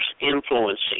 influencing